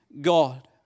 God